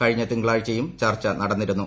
കഴിഞ്ഞ തിങ്കളാഴ്ചയും ചർച്ച നടന്നിരുന്നു